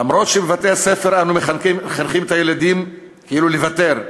למרות שבבתי-הספר אנחנו מחנכים את הילדים כאילו לוותר,